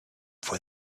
for